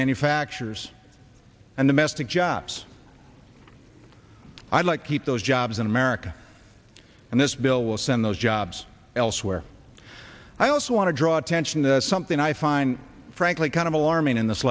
manufacturers and domestic jobs i'd like to keep those jobs in america and this bill will send those jobs elsewhere i also want to draw attention to something i find frankly kind of alarming in this